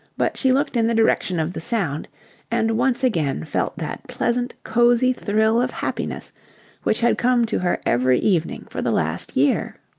but she looked in the direction of the sound and once again felt that pleasant, cosy thrill of happiness which had come to her every evening for the last year.